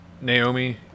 Naomi